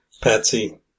Patsy